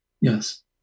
Yes